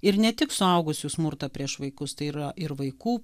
ir ne tik suaugusių smurtą prieš vaikus tai yra ir vaikų